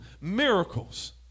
miracles